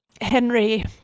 Henry